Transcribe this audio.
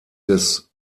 des